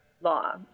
law